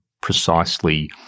precisely